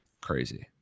crazy